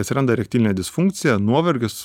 atsiranda erektilinė disfunkcija nuovargis